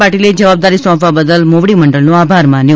પાટીલે જવાબદારી સોંપવા બદલ મોવડીમંડળનો આભાર માન્યો